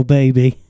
baby